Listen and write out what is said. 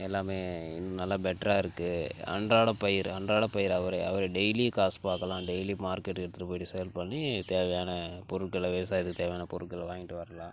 எல்லாமே இன் நல்லா பெட்ராக இருக்குது அன்றாட பயிர் அன்றாட பயிர் அவரை அவரை டெய்லி காசு பார்க்கலாம் டெய்லி மார்க்கெட்டுக்கு எடுத்துட்டு போய்ட்டு சேல் பண்ணி தேவையான பொருட்கள விவசாயத்துக்கு தேவையான பொருட்களை வாங்கிட்டு வரலாம்